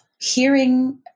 hearing